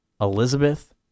Elizabeth